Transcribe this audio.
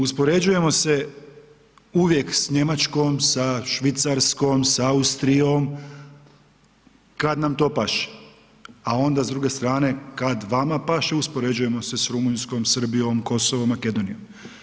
Uspoređujemo se uvijek s Njemačkom, sa Švicarskom, Austrijom kad nam to paše a onda s druge strane kad vama paše, uspoređujemo se sa Rumunjskom, Srbijom, Kosovom, Makedonijom.